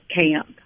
camp